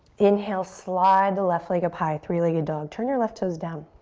inhale, slide the left leg up high, three-legged dog. turn your left toes down.